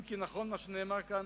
אם כי נכון מה שנאמר כאן,